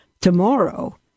tomorrow